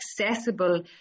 accessible